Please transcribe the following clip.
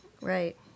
Right